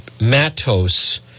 Matos